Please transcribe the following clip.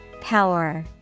Power